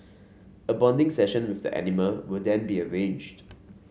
a bonding session with the animal will then be arranged